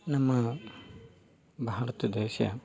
ನಮ್ಮ ಭಾರತ ದೇಶ